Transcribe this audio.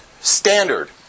standard